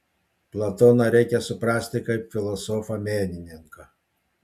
platoną reikia suprasti kaip filosofą menininką